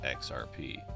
XRP